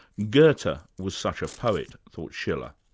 goethe but was such a poet, thought schiller,